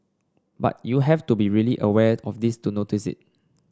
but you have to be really aware of this to notice it